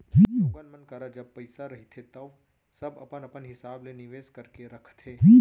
लोगन मन करा जब पइसा रहिथे तव सब अपन अपन हिसाब ले निवेस करके रखथे